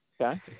okay